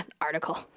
article